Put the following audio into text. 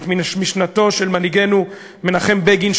את משנתו של מנהיגנו מנחם בגין,